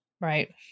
Right